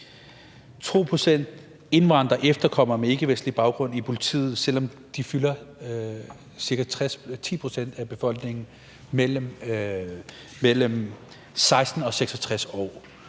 indvandrere, efterkommere med ikkevestlig baggrund, i politiet, selv om de udgør ca. 10 pct. af befolkningen mellem 16 og 66 år.